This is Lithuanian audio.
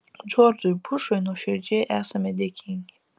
džordžui bušui nuoširdžiai esame dėkingi